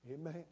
Amen